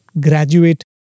graduate